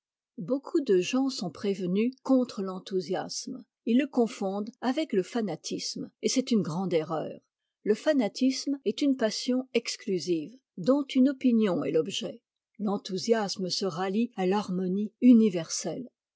beaucoup de gens sont prévenus contre l'enthousiasme ils le confondent avec le fanatisme et c'est une grande erreur le fanatisme est une passion exclusive dont une opinion est l'objet l'en thousiasme se rallie à l'harmonie universelle